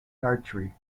archery